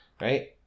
Right